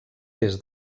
des